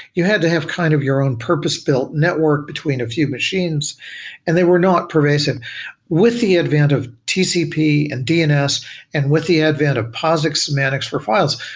you had to have kind of your own purpose-build network between a few machines and they were not pervasive with the advent of tcp and dns and with the advent of posix and manics for files,